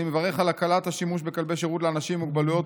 אני מברך על הקלת השימוש בכלבי שירות לאנשים עם מוגבלויות,